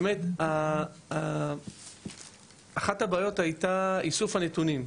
באמת, אחת הבעיות הייתה איסוף הנתונים.